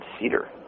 cedar